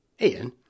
Ian